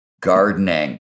Gardening